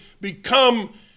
become